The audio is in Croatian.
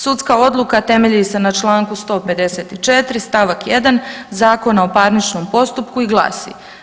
Sudska odluka temelji se na Članku 154. stavak 1. Zakona o parničnom postupku i glasi.